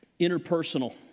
interpersonal